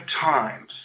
times